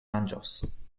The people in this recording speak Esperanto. manĝos